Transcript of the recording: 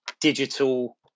digital